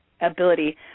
ability